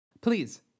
Please